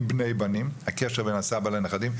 בְּנֵ֣י בָנִ֑ים" הקשר בין הסבא לנכדים.